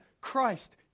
Christ